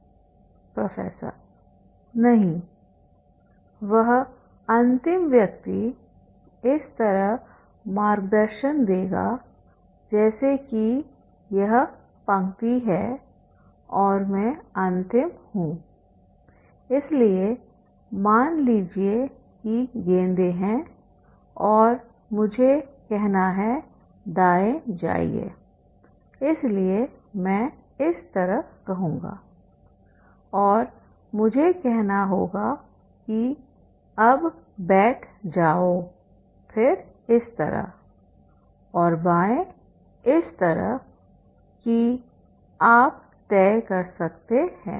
professor नहीं वह अंतिम व्यक्ति इस तरह मार्गदर्शन करेगा जैसे कि यह पंक्ति है और मैं अंतिम हूं इसलिए मान लीजिए कि गेंदें हैं और मुझे कहना हैदायें जाइयेइसलिए मैं इस तरह कहूंगा और मुझे कहना होगा कि अब बैठ जाओ फिर इस तरह और बाएं इस तरह कि आप तय कर सकते हैं